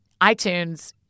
iTunes